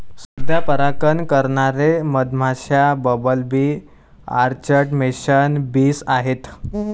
सध्या परागकण करणारे मधमाश्या, bumble bee, orchard mason bees आहेत